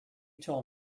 told